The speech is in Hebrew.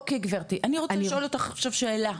אוקי, גברתי, אני רוצה לשאול אותך עכשיו שאלה.